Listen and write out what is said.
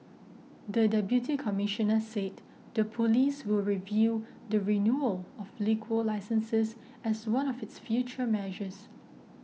the Deputy Commissioner said the police will review the renewal of liquor licences as one of its future measures